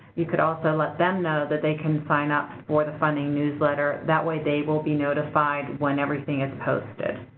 you could also let them know that they can sign up for the funding newsletter, that way they will be notified when everything is posted.